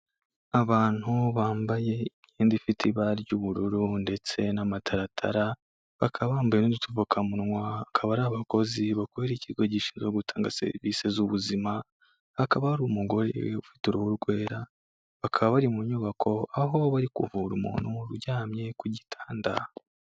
Abantu bambaye imyenda ifite ibara ry'ubururu ndetse n'amataratara bakaba bambaye n'udupfukamunwa, akaba ari abakozi bakorera ikigo gishinzwe gutanga serivisi z'ubuzima, hakaba hari umugore ufite uruhu rwera, bakaba bari mu nyubako aho bari kuvura umuntu uryamye ku gitanda.